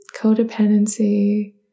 Codependency